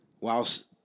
whilst